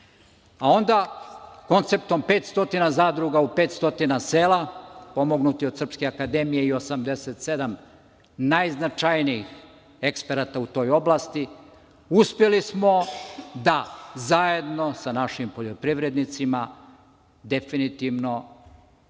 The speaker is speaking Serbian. Konceptom 500 zadruga u 500 sela, pomognuti od SANU i 87 najznačajnijih eksperata u toj oblasti, uspeli smo da zajedno sa našim poljoprivrednicima definitivno